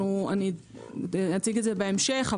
אציג את זה בהמשך.